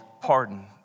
Pardon